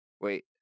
Wait